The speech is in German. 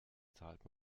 zahlt